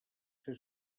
ser